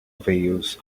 veils